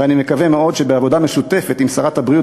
ואני מקווה מאוד שבעבודה משותפת עם שרת הבריאות